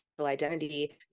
identity